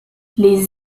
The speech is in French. les